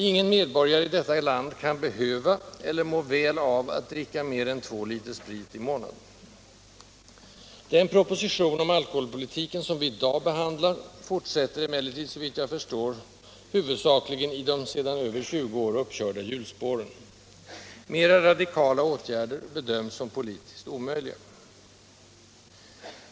Ingen medborgare i detta land kan behöva — eller må väl av — att dricka mer än två liter sprit i månaden. Den proposition om alkoholpolitiken som vi i dag behandlar fortsätter emellertid, såvitt jag förstår, huvudsakligen i de sedan över 20 år uppkörda hjulspåren. Mera radikala åtgärder bedöms som politiskt omöjliga.